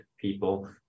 people